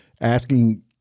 asking